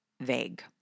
vague